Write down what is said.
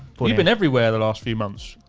but you've been everywhere the last few months.